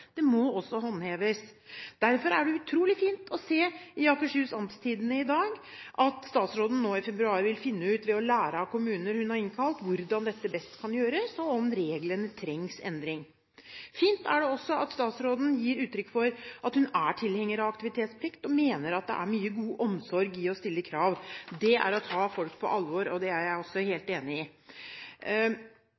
det må også håndheves. Derfor er det utrolig fint å se i Akershus Amtstidende i dag at statsråden nå i februar vil finne ut – ved å lære av kommuner hun har innkalt – hvordan dette best kan gjøres, og om reglene trenger endring. Fint er det også at statsråden gir uttrykk for at hun er tilhenger av aktivitetsplikt og mener at det er mye god omsorg i å stille krav. Det er å ta folk på alvor, og det er jeg også helt